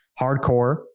hardcore